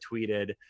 tweeted